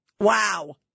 Wow